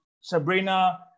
Sabrina